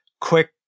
quick